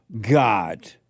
God